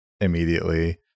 immediately